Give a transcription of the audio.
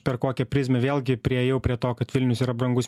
per kokią prizmę vėlgi priėjau prie to kad vilnius yra brangus